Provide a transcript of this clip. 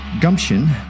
Gumption